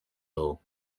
low